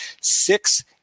six